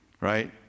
Right